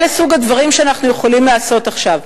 אלה הדברים שאנחנו יכולים לעשות עכשיו.